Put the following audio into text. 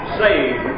save